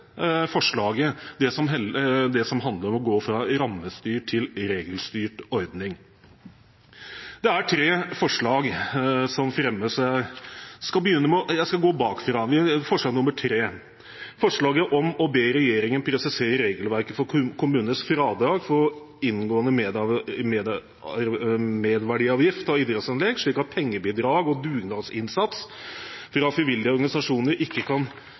forslaget, det som handler om å gå fra rammestyrt til regelstyrt ordning. Det er tre forslag som fremmes. Jeg skal begynne bakfra. Forslag 3 ber regjeringen «presisere regelverket for kommunenes fradrag for inngående merverdiavgift av idrettsanlegg slik at pengebidrag og/eller dugnadsinnsats fra frivillige organisasjoner ikke